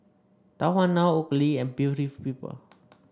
Tahuna Oakley and Beauty of People